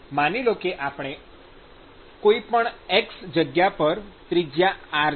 માની લો કે કોઈપણ x જગ્યા પર ત્રિજ્યા r છે